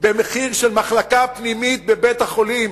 במחיר של מיטה במחלקה פנימית בבית-החולים,